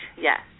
Yes